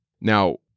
Now